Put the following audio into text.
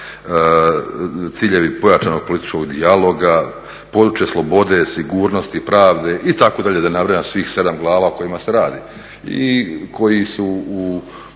ciljevi pojačanog političkog dijaloga, područje slobode, sigurnosti, pravde, itd., da ne nabrajam svih 7 glava o kojima se radi i koji su u